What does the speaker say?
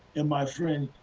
and my friend,